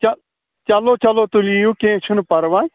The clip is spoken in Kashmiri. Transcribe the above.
چَہ چَلو چلو تُہۍ یِیِو کیٚنٛہہ چھُنہٕ پَرواے